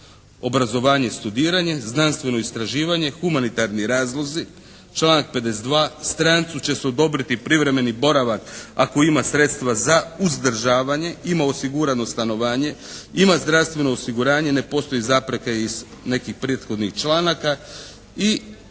obrazovanje, studiranje, znanstveno istraživanje, humanitarni razlozi. Članak 52. Strancu će se odobriti privremeni boravak ako ima sredstva za uzdržavanje, ima osigurano stanovanje, imamo zdravstveno osiguranje, ne postoje zapreke iz nekih prethodnih članaka i ako